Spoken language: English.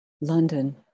London